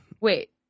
Wait